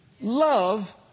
Love